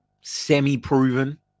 semi-proven